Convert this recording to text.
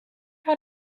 out